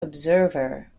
observer